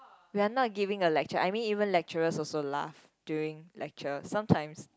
they are not giving a lecture I mean even lecturer also laugh during lecture sometimes